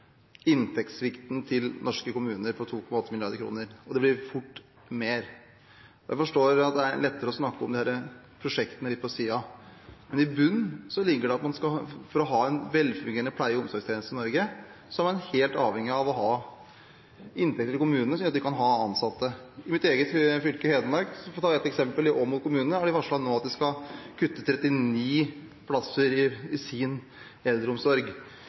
inntektssvikten i norske kommuner på 2,8 mrd. kr – og det blir fort mer. Jeg forstår at det er lettere å snakke om disse prosjektene litt på siden. Men i bunnen ligger det at man for å ha en velfungerende pleie- og omsorgstjeneste i Norge, er helt avhengig av å ha inntekter til kommunene, så de kan ha ansatte. I Åmot kommune i mitt eget fylke, Hedmark – for å ta et eksempel – har de nå varslet at de skal kutte 39 plasser i eldreomsorgen. I